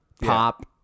Pop